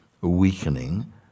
weakening